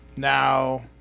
Now